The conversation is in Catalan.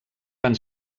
van